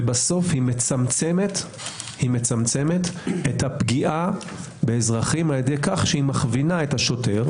ובסוף היא מצמצמת את הפגיעה באזרחים על ידי כך שהיא מכווינה את השוטר,